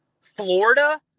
Florida